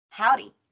Howdy